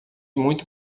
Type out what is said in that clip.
muito